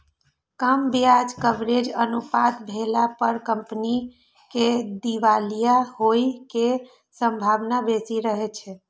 कम ब्याज कवरेज अनुपात भेला पर कंपनी के दिवालिया होइ के संभावना बेसी रहै छै